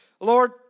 Lord